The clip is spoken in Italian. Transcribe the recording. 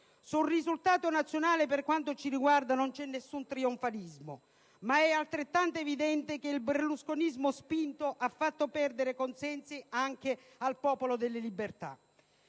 Sul risultato nazionale, per quanto ci riguarda, non c'è nessun trionfalismo, ma è altrettanto evidente che il berlusconismo spinto ha fatto perdere consensi anche al Popolo della Libertà.